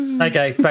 Okay